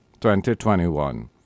2021